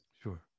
Sure